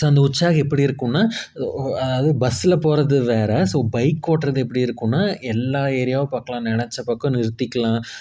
so அந்த உற்சாகம் எப்படி இருக்குன்னா அதாவது பஸ்ஸில் போகிறது வேற ஸோ பைக்கு ஓட்டுறது எப்படி இருக்குன்னா எல்லா ஏரியாவும் பார்க்கலாம் நெனைச்ச பக்கம் நிறுத்திக்கலாம்